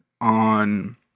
on